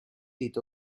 dit